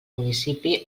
municipi